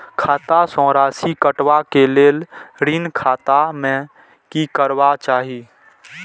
खाता स राशि कटवा कै लेल ऋण खाता में की करवा चाही?